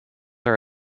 are